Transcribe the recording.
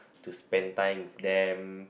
to spend time with them